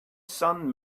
son